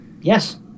yes